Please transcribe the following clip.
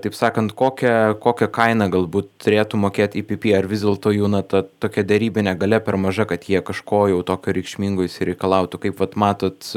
taip sakant kokią kokią kainą galbūt turėtų mokėt ipipi ar vis dėlto jų na ta tokia derybinė galia per maža kad jie kažko jau tokio reikšmingo išsireikalautų kaip vat matot